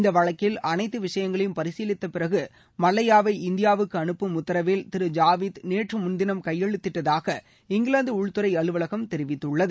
இந்த வழக்கில் அனைத்து விஷயங்களையும் பரிசீலித்த பிறகு மல்லையாவை இந்தியாவுக்கு அனுப்பும் உத்தரவில் திரு ஜாவித் நேற்று முன்தினம் கையெழுத்திட்டதாக இங்கிலாந்து உள்துறை அலுவலகம் தெரிவித்தது